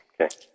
okay